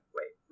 Wait